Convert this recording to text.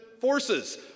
forces